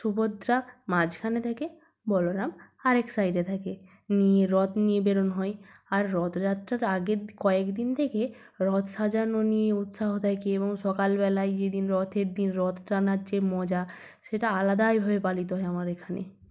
সুভদ্রা মাঝখানে থাকে বলরাম আর এক সাইডে থাকে নিয়ে রথ নিয়ে বেরোনো হয় আর রথযাত্রার আগের কয়েকদিন থেকে রথ সাজানো নিয়ে উৎসাহ থাকে এবং সকালবেলায় যেদিন রথের দিন রথ টানার যে মজা সেটা আলাদাইভাবে পালিত হয় আমার এখানে